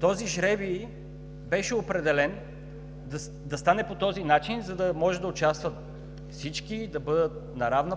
Този жребий беше определен да стане по този начин, за да могат да участват всички, да бъдат на равна